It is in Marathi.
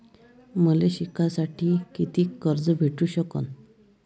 मले शिकासाठी कितीक कर्ज भेटू सकन?